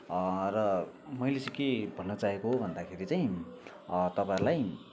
र मैले चाहिँ के भन्न चाएको हो भन्दाखेरि चाहिँ तपाईँहरूलाई